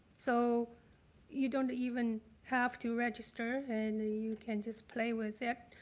so you don't even have to register and you can just play with it.